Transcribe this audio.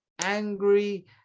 angry